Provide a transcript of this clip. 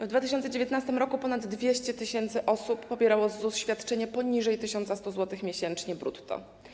W 2019 r. ponad 200 tys. osób pobierało z ZUS świadczenie poniżej 1100 zł miesięcznie brutto.